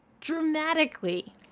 dramatically